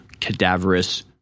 cadaverous